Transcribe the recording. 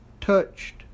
touched